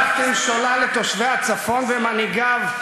הולכתם שולל את תושבי הצפון ומנהיגיו,